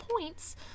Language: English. points